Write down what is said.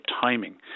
timing